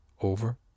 over